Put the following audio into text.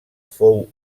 fou